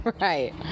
right